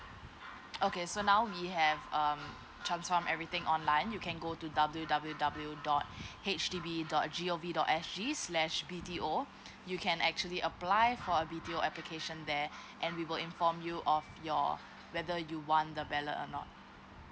okay so now we have um transform everything online you can go to W W W dot H D B dot G O V dot S G slash B T O you can actually apply for a B_T_O application there and we will inform you of your whether you want the ballot or not